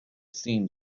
seemed